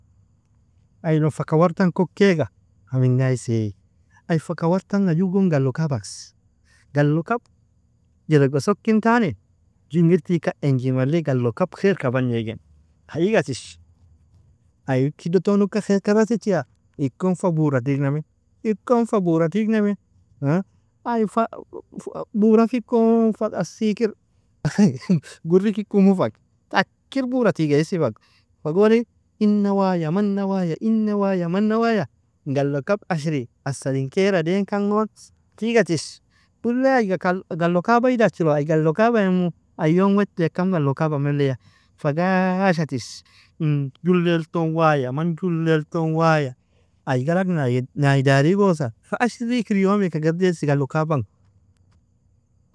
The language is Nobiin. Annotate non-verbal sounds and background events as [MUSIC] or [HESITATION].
Ailon fa kawartang kok kaiga fa ming aisea? Ai fa kawrtanga ju gon galokab angs. Galokab jelwga sokkin tani, ju ingir tigkan, inji malle galokab khairka bagne igna, ha igatish ai hidoton ukka khairka aratichia? Ikon fa bura tignamie, ikon fa bura tignamie, [HESITATION] ai fa burafi kon fa isikir [LAUGHS] grikir kumu faga, takir bura tige is faga, fagoni ina waya mana waya, ina waya mana waya, galokab ashri, asrin kaira dainkan gon, fi igatish ullea aiga galokabay dachiro, ai galokabaimo. Ai yom weteaka m galokaba mellia, fa gasha tiss in jullel ton waya, man julell ton waya, ai galg nai nai dari igosa, fa ashrikir yomeak gaddies galokabange.